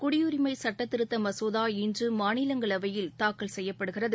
குடியுரிமை சட்ட திருத்த மசோதா இன்று மாநிலங்களவையில் தாக்கல் செய்யப்படுகிறது